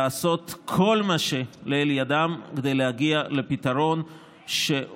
לעשות כל מה שלאל ידם כדי להגיע לפתרון שאותו,